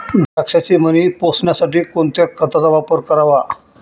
द्राक्षाचे मणी पोसण्यासाठी कोणत्या खताचा वापर करावा?